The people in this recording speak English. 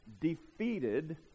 defeated